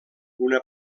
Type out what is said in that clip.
una